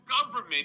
government